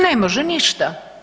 Ne može ništa.